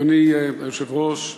אדוני היושב-ראש,